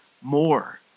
more